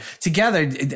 together